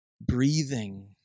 breathing